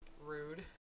Rude